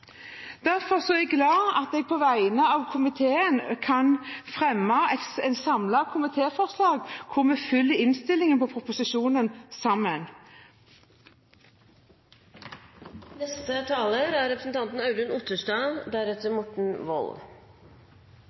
er jeg glad for at jeg på vegne av komiteen kan fremme et samlet komitéforslag, hvor vi sammen følger forslaget i proposisjonen.